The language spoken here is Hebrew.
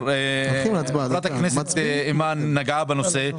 גרתי באופקים 22 שנה,